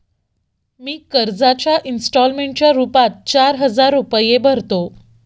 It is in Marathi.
मी कर्जाच्या इंस्टॉलमेंटच्या रूपात चार हजार रुपये भरतो